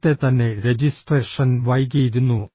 നേരത്തെ തന്നെ രജിസ്ട്രേഷൻ വൈകിയിരുന്നു